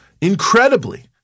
incredibly